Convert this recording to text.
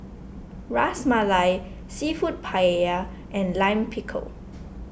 Ras Malai Seafood Paella and Lime Pickle